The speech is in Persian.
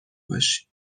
باشی